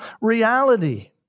reality